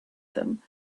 them